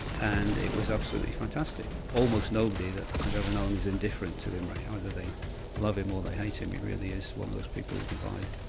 and it was absolutely fantastic. almost nobody that i've ever known is indifferent to imre either they love him or they hate him, he really is one of those people who divide.